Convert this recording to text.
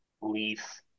leaf